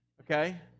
okay